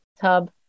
tub